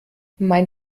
mein